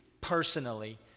personally